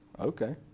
Okay